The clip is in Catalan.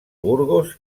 burgos